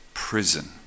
Prison